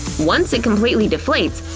once it completely deflates,